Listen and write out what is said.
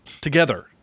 together